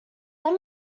let